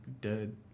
dead